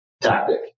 tactic